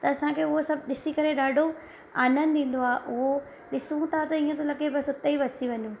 त असांखे उहो सभु ॾिसी करे ॾाढो आनंदु ईंदो आहे उहो ॾिसूं था त ईअं थो लॻे बसि उते ई वसी वञूं